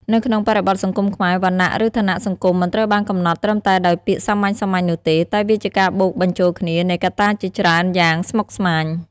នៅក្នុងបរិបទសង្គមខ្មែរ វណ្ណៈ ឬឋានៈសង្គមមិនត្រូវបានកំណត់ត្រឹមតែដោយពាក្យសាមញ្ញៗនោះទេ តែវាជាការបូកបញ្ចូលគ្នានៃកត្តាជាច្រើនយ៉ាងស្មុគស្មាញ។